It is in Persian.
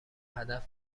هدف